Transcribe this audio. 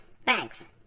thanks